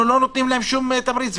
אנחנו לא נותנים להם שום תמריץ.